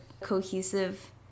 cohesive